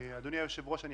אדוני היושב-ראש, לדעתי, אי